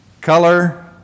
color